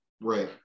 Right